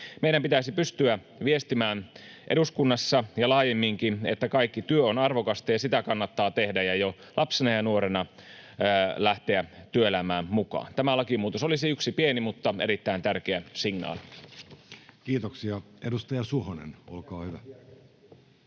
Meidän pitäisi pystyä viestimään eduskunnassa ja laajemminkin, että kaikki työ on arvokasta ja sitä kannattaa tehdä ja jo lapsena ja nuorena lähteä työelämään mukaan. Tämä lakimuutos olisi yksi pieni mutta erittäin tärkeä signaali. [Speech 3] Speaker: Jussi Halla-aho